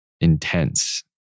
intense